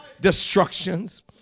destructions